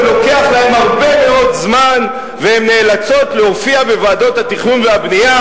זה לוקח להן הרבה מאוד זמן והן נאלצות להופיע בוועדות התכנון והבנייה,